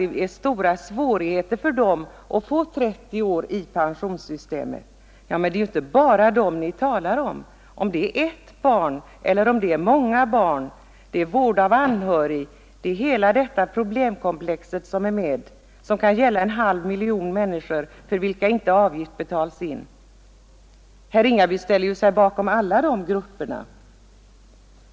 Det kunde väl fru Håvik ena sig med mig om, säger herr Ringaby. Men det är ju inte bara dem ni talar om. Om det gäller ett barn, många bam eller vård av anhörig — hela detta problemkomplex som är med — så kan det sammanlagt gälla en halv miljon människor för vilka avgift inte betalats in. Herr Ringaby ställer sig ju bakom alla dessa grupper.